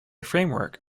framework